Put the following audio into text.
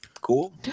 Cool